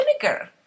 vinegar